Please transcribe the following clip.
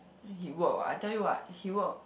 he work what I tell you what he work